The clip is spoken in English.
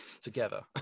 together